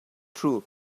through